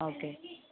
okay